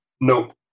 nope